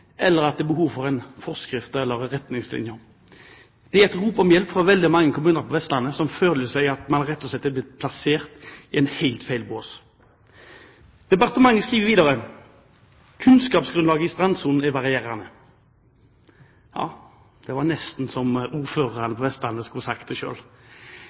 eller om det er behov for en forskrift eller en retningslinje. Det er et rop om hjelp fra veldig mange kommuner på Vestlandet som føler at de rett og slett er blitt plassert i en helt feil bås. Departementet skriver videre: «Kunnskapsgrunnlaget i strandsonen er varierende.» Ja, det var nesten som om ordførerne